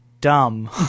dumb